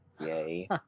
yay